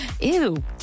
ew